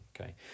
okay